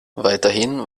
weiterhin